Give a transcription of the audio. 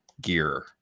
gear